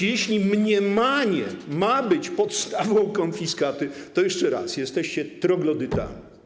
Jeśli mniemanie ma być podstawą konfiskaty, to jeszcze raz: jesteście troglodytami.